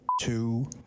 two